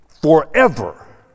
Forever